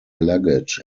luggage